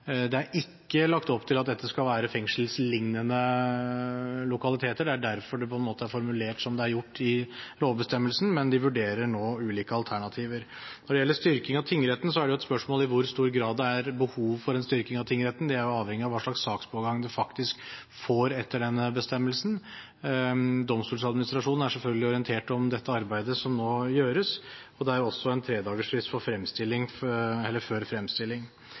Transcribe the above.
Det er ikke lagt opp til at dette skal være fengselsliknende lokaliteter. Det er derfor det på en måte er formulert som det er gjort i lovbestemmelsen, men de vurderer nå ulike alternativer. Når det gjelder en styrking av tingretten, er det et spørsmål i hvor stor grad det er behov for en styrking av tingretten. Det er avhengig av hva slags sakspågang man faktisk får etter den bestemmelsen. Domstoladministrasjonen er selvfølgelig orientert om det arbeidet som nå gjøres, og det er også en tredagersfrist før fremstilling.